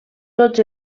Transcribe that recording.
tots